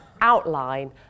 outline